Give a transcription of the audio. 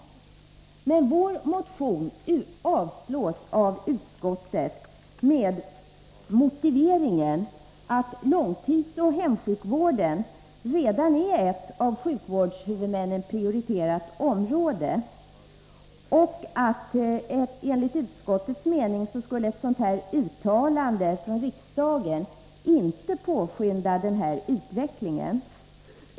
Men vår motion avstyrks av utskottet med motiveringen att långtidsoch hemsjukvården redan är ett av sjukvårdshuvudmännen prioriterat område och att ett uttalande av riksdagen enligt utskottets mening inte skulle påskynda utvecklingen.